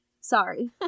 Sorry